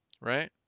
right